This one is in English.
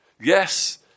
Yes